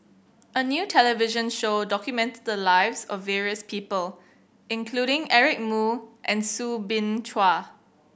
a new television show documented the lives of various people including Eric Moo and Soo Bin Chua